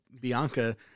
Bianca